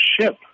ship